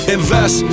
Invest